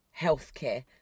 healthcare